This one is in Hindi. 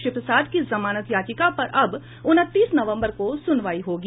श्री प्रसाद की जमानत याचिका पर अब उनतीस नवम्बर को सुनवाई होगी